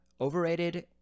overrated